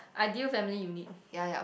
ideal family you need